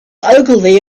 ogilvy